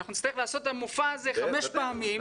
נצטרך לעשות את המופע הזה חמש פעמים,